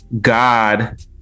God